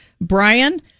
Brian